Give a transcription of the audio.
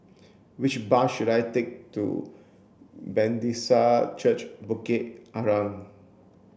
which bus should I take to Church Bukit Arang